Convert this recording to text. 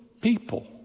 people